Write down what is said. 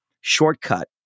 shortcut